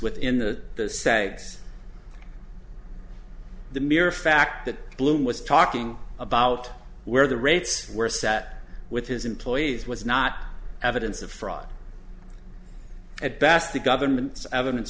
within the saves the mere fact that bloom was talking about where the rates were sat with his employees was not evidence of fraud at best the government's evidence